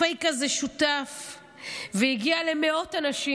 הפייק הזה שותף והגיע למאות אנשים.